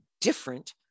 different